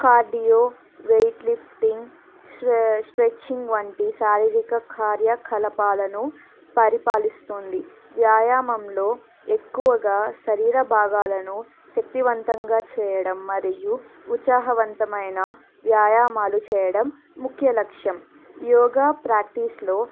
cardio weight lifting stretching వంటి శారీరిక కార్యకలాపాలను పరిపాలిస్తుంది వ్యాయామంలో ఎక్కువగా శరీర భాగాలను శక్తివంతంగా చేయడం మరియు ఉత్సాహవంతమైన వ్యాయామాలు చేయడం ముఖ్య లక్ష్యం యోగా ప్రాక్టీస్లో